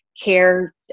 care